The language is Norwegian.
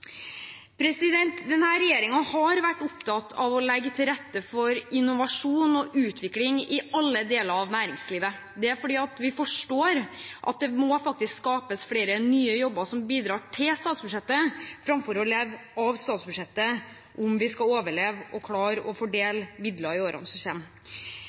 har vært opptatt av å legge til rette for innovasjon og utvikling i alle deler av næringslivet. Det er fordi vi forstår at det faktisk må skapes flere nye jobber som bidrar til statsbudsjettet framfor å leve av statsbudsjettet, om vi skal overleve og klare å fordele midler i årene som